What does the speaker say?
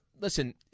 listen